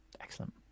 excellent